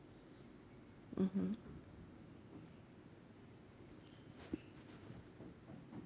mmhmm